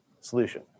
solution